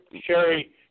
Sherry